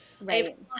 right